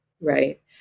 right